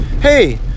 Hey